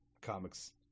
comics